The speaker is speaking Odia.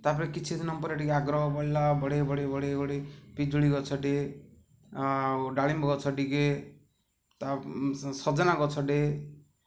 ତା'ପରେ କିଛି ଦିନ ପରେ ଟିକେ ଆଗ୍ରହ ପଡ଼ିଲା ବଢେଇ ବଢ଼େଇ ବଢ଼େଇ ବଢ଼େଇ ପିଜୁଳି ଗଛଟେ ଆଉ ଡାଳିମ୍ବ ଗଛ ଟିକିଏ ତା ସଜନା ଗଛ ଟେ